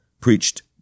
preached